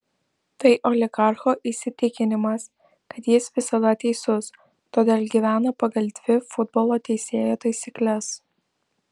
tai oligarcho įsitikinimas kad jis visada teisus todėl gyvena pagal dvi futbolo teisėjo taisykles